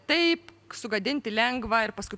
taip sugadinti lengva ir paskui